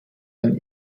ein